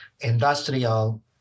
industrial